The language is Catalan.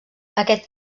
aquest